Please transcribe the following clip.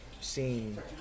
seen